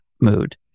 mood